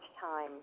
time